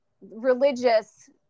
religious